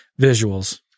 visuals